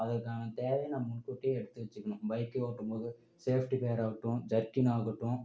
அதுக்கான தேவை நம்ம முன்கூட்டியே எடுத்து வச்சுக்கணும் பைக்கு ஓட்டும் போது சேஃப்டி கேர் ஆகட்டும் ஜர்க்கின் ஆகட்டும்